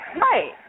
Right